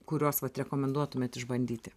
kuriuos vat rekomenduotumėt išbandyti